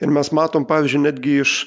ir mes matom pavyzdžiui netgi iš